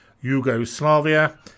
Yugoslavia